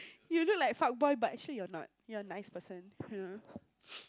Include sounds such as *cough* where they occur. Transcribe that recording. you look like fuck boy but actually you're not you're nice person [hur] *noise*